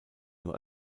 nur